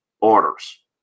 orders